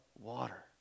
water